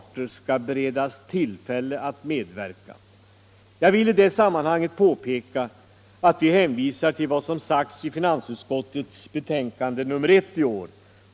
Jag vill i sammanhanget påpeka att vi hänvisar till vad som sagts i finansutskottets betänkande 1975:1.